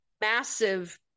massive